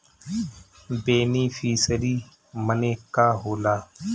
Beneficiary मने का होला?